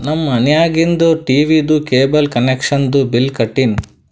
ನಮ್ ಮನ್ಯಾಗಿಂದ್ ಟೀವೀದು ಕೇಬಲ್ ಕನೆಕ್ಷನ್ದು ಬಿಲ್ ಕಟ್ಟಿನ್